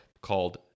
called